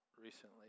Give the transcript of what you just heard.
recently